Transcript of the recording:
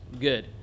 Good